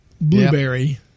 Blueberry